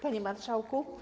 Panie Marszałku!